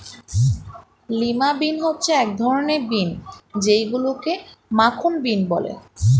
lima bean হচ্ছে এক ধরনের বিন যেইগুলোকে মাখন বিন বলে